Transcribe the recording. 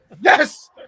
Yes